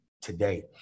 today